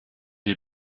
die